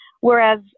Whereas